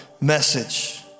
message